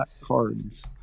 cards